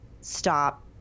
stop